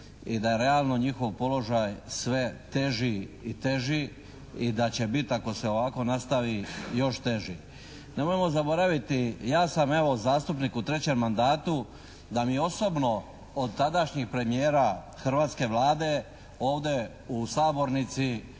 i da je realno njihov položaj sve teži i teži i da će biti ako se ovako nastavi još teži. Nemojmo zaboraviti, ja sam evo zastupnik u trećem mandatu, da mi je osobno od tadašnjih premijera hrvatske Vlade ovdje u sabornici